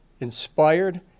inspired